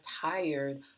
tired